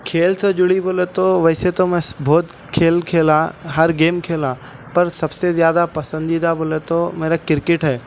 کھیل سے جڑی بولے تو ویسے تو میں بہت کھیل کھیلا ہر گیم کھیلا پر سب سے زیادہ پسندیدہ بولے تو میرا کرکٹ ہے